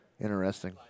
Interesting